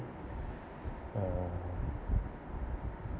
uh